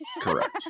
Correct